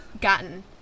gotten